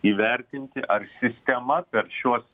įvertinti ar sistema per šiuos